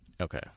Okay